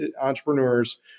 entrepreneurs